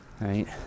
right